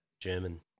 German